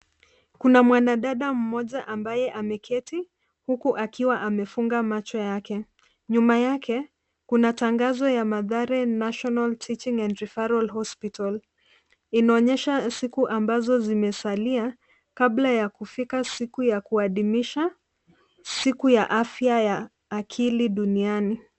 Kuna mwanadada mmoja ambaye ameketi huku akiwa amefunga macho yake. Nyuma yake kuna tangazo la Mathare National Teaching and Referral Hospital. Inaonyesha siku ambazo zimesalia kabla ya kufika siku ya kuadhimisha siku ya afya ya akili duniani.